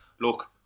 look